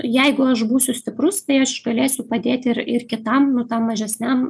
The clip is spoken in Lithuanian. jeigu aš būsiu stiprus tai aš galėsiu padėti ir ir kitam nu tam mažesniam